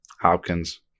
Hopkins